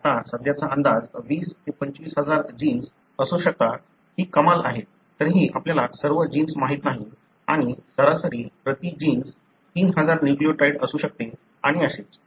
आता सध्याचा अंदाज 20 25 हजार जीन्स असू शकतो ही कमाल आहे तरीही आपल्याला सर्व जीन्स माहित नाहीत आणि सरासरी प्रति जीन्स 3000 न्यूक्लियोटाइड असू शकते आणि असेच